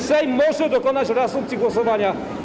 Sejm może dokonać reasumpcji głosowania.